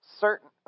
certain